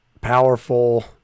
powerful